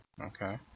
okay